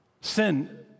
Sin